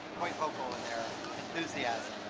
quite vocal in their enthusiasm.